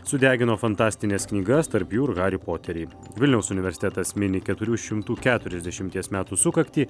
sudegino fantastines knygas tarp jų ir harį poterį vilniaus universitetas mini keturių šimtų keturiasdešimties metų sukaktį